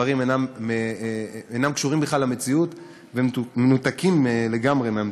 הדברים אינם קשורים בכלל למציאות ומנותקים לגמרי מהמציאות.